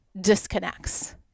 disconnects